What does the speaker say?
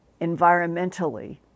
environmentally